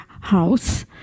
house